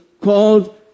called